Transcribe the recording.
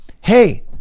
Hey